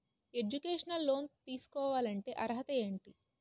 Educational loan తీసుకోవాలంటే అర్హత ఏంటి?